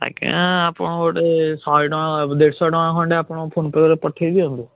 ଆଜ୍ଞା ଆପଣଙ୍କୁ ଗୋଟେ ଶହେ ଟଙ୍କା ଦେଢ଼ ଶହ ଟଙ୍କା ଖଣ୍ଡେ ଆପଣ ଫୋନ୍ ପେରେ ପଠାଇ ଦିଅନ୍ତୁ